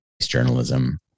journalism